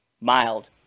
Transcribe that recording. mild